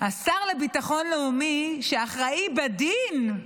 השר לביטחון לאומי, שאחראי בדין,